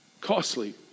Costly